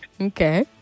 Okay